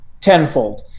tenfold